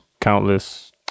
countless